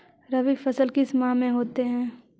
रवि फसल किस माह में होते हैं?